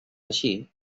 així